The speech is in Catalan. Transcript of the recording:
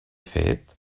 fet